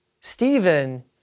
Stephen